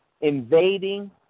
invading